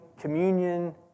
communion